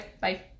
Bye